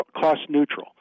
cost-neutral